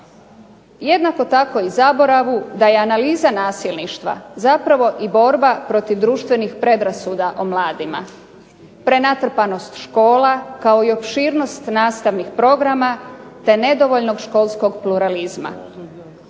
Jednako tako i zaboravu da je analiza nasilništva zapravo i borba protiv društvenih predrasuda o mladima, prenatrpanost škola kao i opširnost nastavnog programa, te nedovoljnog školskog pluralizma.